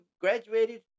graduated